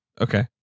Okay